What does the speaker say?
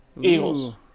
Eagles